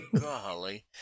Golly